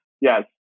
Yes